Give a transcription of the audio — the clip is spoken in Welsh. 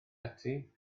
ati